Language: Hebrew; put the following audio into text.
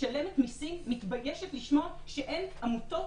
משלמת מסים מתביישת לשמוע שאין עמותות